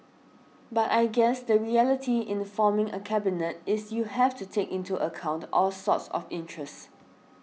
but I guess the reality in forming a cabinet is you have to take into account all sorts of interests